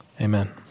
Amen